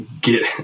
get